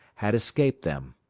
had escaped them.